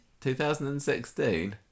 2016